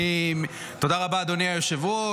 תודה רבה, אדוני היושב-ראש.